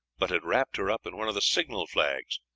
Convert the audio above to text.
but had wrapped her up in one of the signal flags,